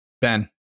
Ben